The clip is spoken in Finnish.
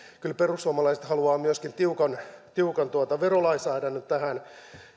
kyllä haluavat myöskin tiukan tiukan verolainsäädännön tähän